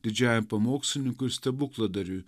didžiajam pamokslininkui ir stebukladariui